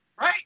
right